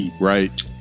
Right